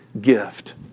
gift